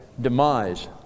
demise